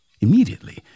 Immediately